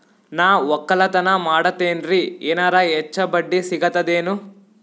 ನಾ ಒಕ್ಕಲತನ ಮಾಡತೆನ್ರಿ ಎನೆರ ಹೆಚ್ಚ ಬಡ್ಡಿ ಸಿಗತದೇನು?